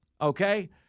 Okay